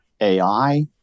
AI